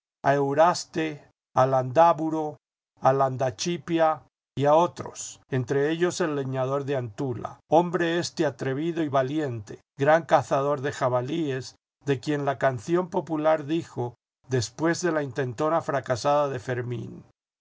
erauste a landáburu a landachipia y a otros entre ellos el leñador de antula hombre éste atrevido y valiente gran cazador de jabalíes de quien la canción popular dijo después de la intentona fracasada de fermín